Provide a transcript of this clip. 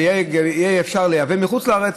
ושיהיה אפשר לייבא מחוץ לארץ,